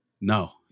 No